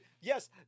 yes